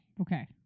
Okay